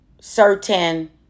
certain